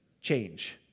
change